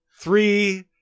Three